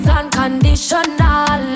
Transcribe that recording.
unconditional